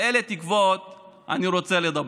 על אילו תקוות אני רוצה לדבר?